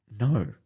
No